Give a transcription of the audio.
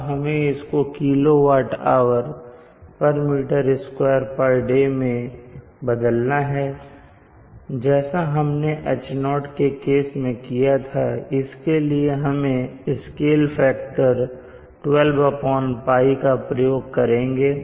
अब हमें इसको kWhm2day मैं बदलना है जैसा हमने H0 के केस में किया था इसके लिए हम स्केल फैक्टर 12pie का प्रयोग करेंगे